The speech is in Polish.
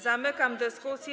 Zamykam dyskusję.